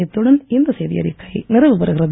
இத்துடன் இந்த செய்திஅறிக்கை நிறைவுபெறுகிறது